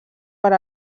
per